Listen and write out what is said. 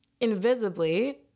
invisibly